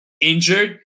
injured